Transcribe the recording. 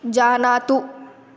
जानातु